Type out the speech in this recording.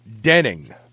Denning